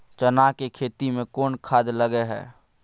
चना के खेती में कोन खाद लगे हैं?